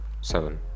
Seven